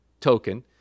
token